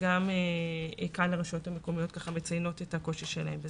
וגם הרשויות המקומיות מציינות את הקושי שלהן בזה.